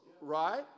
right